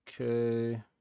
okay